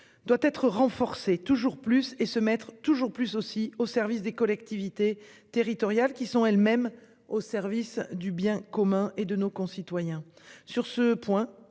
Doit être renforcée. Toujours plus et se mettre toujours plus aussi au service des collectivités territoriales qui sont elles-mêmes au service du bien commun et de nos concitoyens